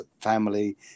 family